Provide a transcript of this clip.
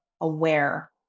aware